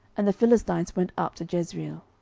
and the philistines went up to jezreel.